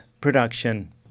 Production